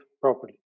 properly